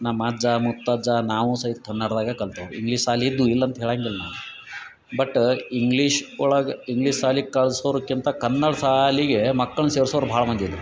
ನಮ್ಮಜ್ಜ ಮುತ್ತಜ್ಜ ನಾವು ಸಹಿತ ಕನ್ನಡ್ದಾಗ ಕಲ್ತವ್ರು ಇಂಗ್ಲೀಷ್ ಸಾಲಿ ಇದ್ದು ಇಲ್ಲ ಅಂತ ಹೇಳಾಂಗಿಲ್ಲ ನಾ ಬಟ್ ಇಂಗ್ಲೀಷ್ ಒಳಗೆ ಇಂಗ್ಲೀಷ್ ಶಾಲಿ ಕಳ್ಸೋರ್ಕ್ಕಿಂತ ಕನ್ನಡ ಶಾಲಿಗೆ ಮಕ್ಕಳ್ನ ಸೇರ್ಸೋರು ಭಾಳ ಮಂದಿ ಇದ್ರ